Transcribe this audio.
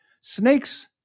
Snakes